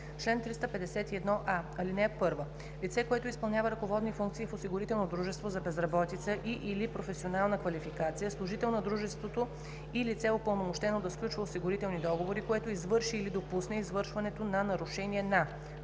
Чл. 351а. (1) Лице, което изпълнява ръководни функции в осигурително дружество за безработица и/или професионална квалификация, служител на дружеството и лице, упълномощено да сключва осигурителни договори, което извърши или допусне извършването на нарушение на: